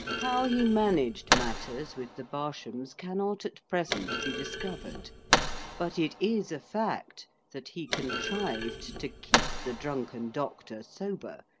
how he managed matters with the barshams cannot at present be discovered but it is a fact that he contrived to keep the drunken doctor sober,